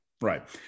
right